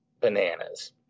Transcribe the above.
bananas